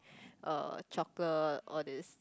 uh chocolate all these